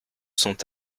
sont